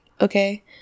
Okay